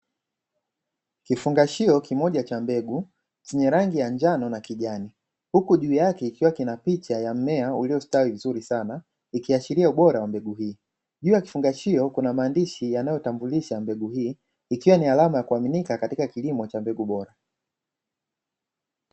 Kifungashio kimoja cha mbegu zenye rangi ya njano na kijani huku juu yake ikiwa kina picha ya mmea uliostawi vizuri sana ikiashiria ubora wa mbegu hii. Juu ya kifungashio kuna maandishi yanayotambulisha mbegu hii ikiwa ni alama ya kuaminika katika kilimo cha mbegu bora.